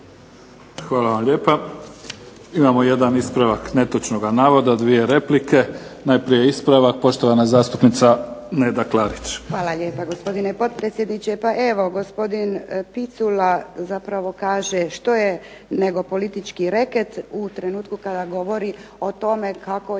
Hvala vam lijepa. Imamo jedan ispravak netočnoga navoda, najprije ispravak, poštovana zastupnica Neda Klarić. **Klarić, Nedjeljka (HDZ)** Hvala lijepo gospodine potpredsjedniče. Pa evo gospodin Picula zapravo kaže što je nego politički reket u trenutku kada govori o tome kako je